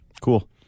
Cool